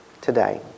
today